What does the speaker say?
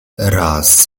raz